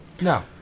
No